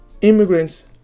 immigrants